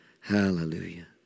Hallelujah